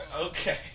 okay